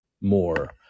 more